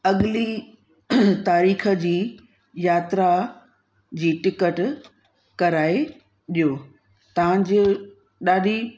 अगली तारीख़ जी यात्रा जी टिकट कराए ॾियो तव्हांजी ॾाढी